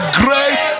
great